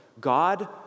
God